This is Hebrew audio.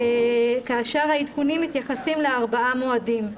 כאשר העדכונים מתייחסים לארבעה מועדים: